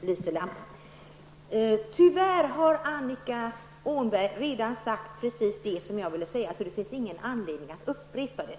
Herr talman! Annika Åhnberg har redan sagt precis det jag ville säga, så det finns ingen anledning att upprepa det.